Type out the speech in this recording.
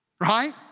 right